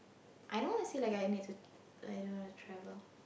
I don't wanna feel like I need to lie down and travel